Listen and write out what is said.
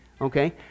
okay